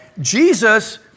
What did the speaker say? Jesus